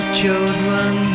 children